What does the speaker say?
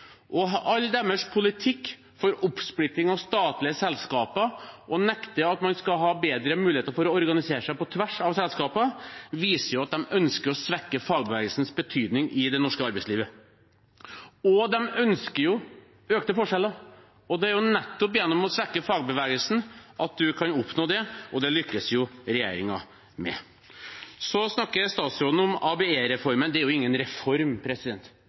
ned. All politikken deres for oppsplitting av statlige selskaper og det at man nekter for at man skal ha bedre muligheter for å organisere seg på tvers av statlige selskaper, viser at de ønsker å svekke fagbevegelsens betydning i det norske arbeidslivet. De ønsker økte forskjeller. Nettopp gjennom å svekke fagbevegelsen kan de oppnå det, og det lykkes regjeringen med. Statsråden snakker om ABE-reformen. Det er ingen reform;